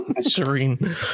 Serene